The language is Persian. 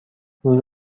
روز